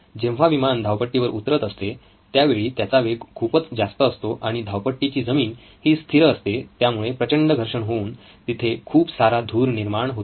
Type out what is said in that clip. जेव्हा विमान धावपट्टीवर उतरत असते त्यावेळी त्याचा वेग खूपच जास्त असतो आणि धावपट्टीची जमीन ही स्थिर असते त्यामुळे प्रचंड प्रमाणात घर्षण होऊन तिथे खूप सारा धूर निर्माण होतो